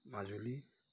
Majuli